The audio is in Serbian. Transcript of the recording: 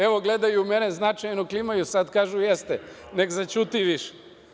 Evo, gledaju mene, značajno klimaju i sad kažu – jeste, nek zaćuti više.